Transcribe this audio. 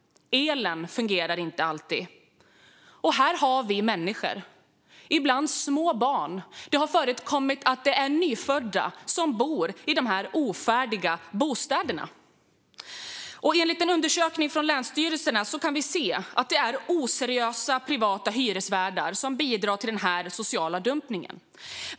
Elen fungerar inte alltid. Här har vi människor, ibland små barn. Det har förekommit att nyfödda bott i de här undermåliga bostäderna. Enligt en undersökning från länsstyrelserna är det oseriösa privata hyresvärdar som bidrar till den här sociala dumpningen.